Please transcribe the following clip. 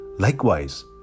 Likewise